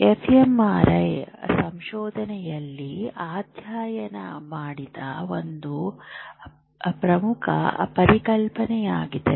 fMRI ಸಂಶೋಧನೆಯಲ್ಲಿ ಅಧ್ಯಯನ ಮಾಡಿದ ಒಂದು ಪ್ರಮುಖ ಪರಿಕಲ್ಪನೆಯಾಗಿದೆ